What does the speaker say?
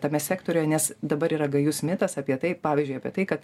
tame sektoriuje nes dabar yra gajus mitas apie tai pavyzdžiui apie tai kad